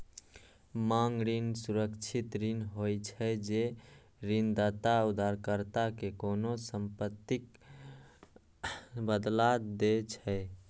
मांग ऋण सुरक्षित ऋण होइ छै, जे ऋणदाता उधारकर्ता कें कोनों संपत्तिक बदला दै छै